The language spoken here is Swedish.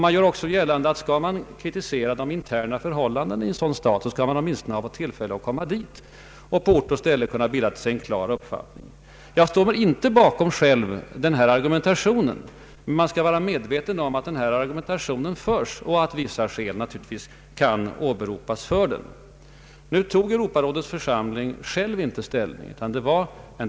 Man gör också gällande att om man skall kritisera de interna förhållandena i en sådan stat, skall man åtminstone ha fått tillfälle att komma dit för att på ort och ställe bilda sig en klar uppfattning. Jag stöder själv inte den argumentationen, men man bör vara medveten om att den förs och att skäl naturligtvis kan åberopas för den. Europarådets församling tog inte själv ställning.